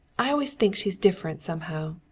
i always think she's different, somehow.